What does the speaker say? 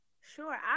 Sure